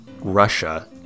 Russia